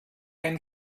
ein